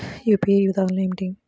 UPI ఉదాహరణ ఏమిటి?